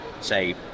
say